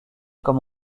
comme